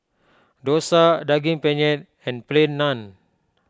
Dosa Daging Penyet and Plain Naan